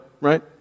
right